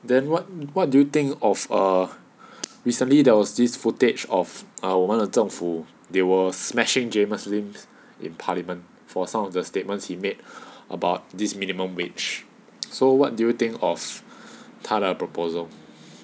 then what what do you think of a recently there was this footage of err 我们的政府 they were smashing jamus lim in parliament for some of the statements he made about this minimum wage so what do you think of 他的 proposal